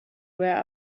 where